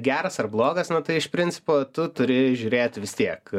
geras ar blogas na tai iš principo tu turi žiūrėti vis tiek